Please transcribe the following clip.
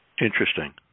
Interesting